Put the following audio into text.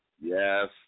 Yes